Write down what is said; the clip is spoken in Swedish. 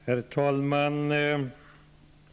Herr talman!